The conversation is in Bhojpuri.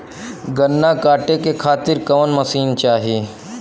गन्ना कांटेके खातीर कवन मशीन चाही?